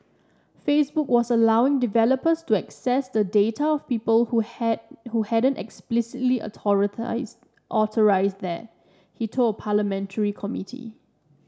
Facebook was allowing developers to access the data of people who had who hadn't explicitly authorised that he told a parliamentary committee